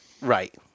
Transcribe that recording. Right